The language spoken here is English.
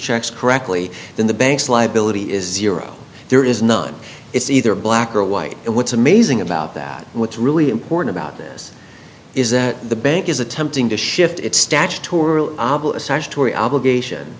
checks correctly then the bank's liability is zero there is none it's either black or white and what's amazing about that and what's really important about this is that the bank is attempting to shift its statutorily obl